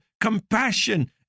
compassion